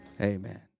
Amen